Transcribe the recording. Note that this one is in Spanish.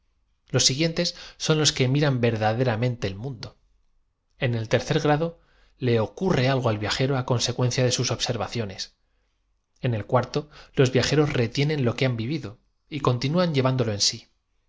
los siguientes son loa que miran verdaderamente el mundo en el tercer grado le ocurre algo a l viajero ccnsecuencia de sus obser vaciones en el cuarto los viajeroa retienen lo que han vivid o y continúan llevándolo en sí